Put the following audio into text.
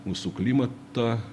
mūsų klimatą